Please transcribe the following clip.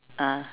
ah